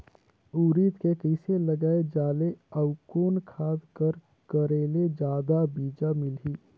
उरीद के कइसे लगाय जाले अउ कोन खाद कर करेले जादा बीजा मिलही?